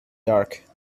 dark